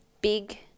big